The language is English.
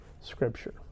Scripture